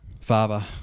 Father